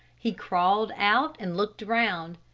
he crawled out and looked around.